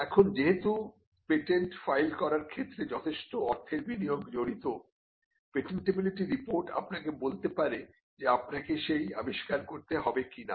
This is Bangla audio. এখন যেহেতু পেটেন্ট ফাইল করার ক্ষেত্রে যথেষ্ট অর্থের বিনিয়োগ জড়িত পেটেন্টিবিলিটি রিপোর্ট আপনাকে বলতে পারে যে আপনাকে সেই আবিষ্কার করতে হবে কিনা